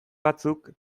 batzuk